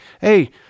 hey